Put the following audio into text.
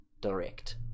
direct